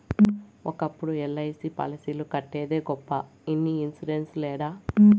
ఒకప్పుడు ఎల్.ఐ.సి పాలసీలు కట్టేదే గొప్ప ఇన్ని ఇన్సూరెన్స్ లేడ